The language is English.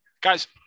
Guys